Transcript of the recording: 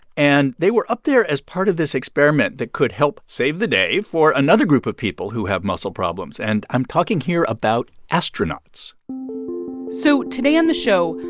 and they were up there as part of this experiment that could help save the day for another group of people who have muscle problems. and i'm talking here about astronauts so today on the show,